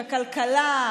הכלכלה,